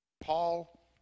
Paul